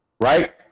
Right